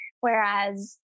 Whereas